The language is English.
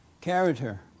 Character